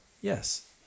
Yes